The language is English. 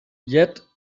yet